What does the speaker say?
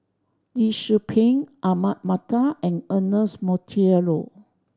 Lee Tzu Pheng Ahmad Mattar and Ernest Monteiro